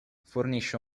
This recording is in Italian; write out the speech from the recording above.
fornisce